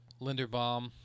Linderbaum